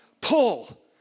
pull